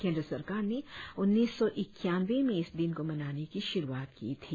केंद्र सरकार ने उन्नीस सौ ईक्यानवें में इस दिन को मनाने की शुरुआत की थी